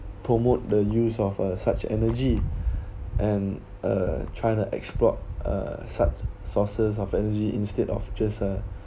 promote the use of uh such energy and uh china exploit uh such sources of energy instead of just uh